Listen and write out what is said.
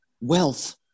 wealth